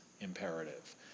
imperative